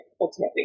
Ultimately